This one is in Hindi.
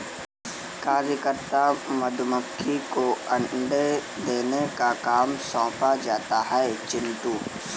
कार्यकर्ता मधुमक्खी को अंडे देने का काम सौंपा जाता है चिंटू